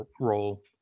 role